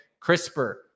CRISPR